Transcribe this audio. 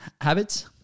habits